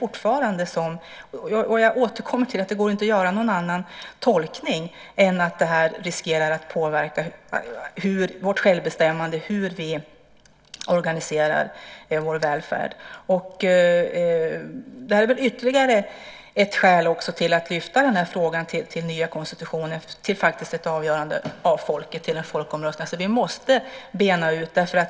Jag återkommer till att det inte går att göra någon annan tolkning än att det här riskerar att påverka vårt självbestämmande och hur vi organiserar vår välfärd. Det är väl ytterligare ett skäl att lyfta den nya konstitutionen till ett avgörande av folket i en folkomröstning. Vi måste bena ut det.